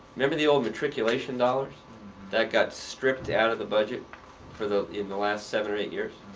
remember the old matriculation dollars that got stripped out of the budget for the in the last seven or eight years?